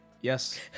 yes